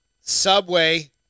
Subway